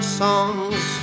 songs